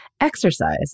Exercise